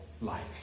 life